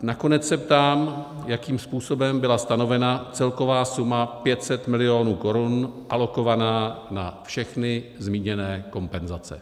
Nakonec se ptám, jakým způsobem byla stanovena celková suma 500 milionů korun, alokovaná na všechny zmíněné kompenzace.